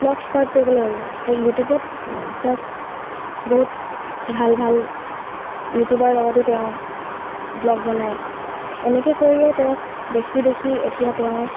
vlog start কৰিবলৈ ল'লে সেই ইউটিউবত তেওঁক বহুত ভাল ভাল ইউটিউবাৰৰ লগতো তেওঁ ভ্লগ বনায় এনেকৈ কৰিয়ে তেওঁক দেখি দেখি এতিয়া তেওঁ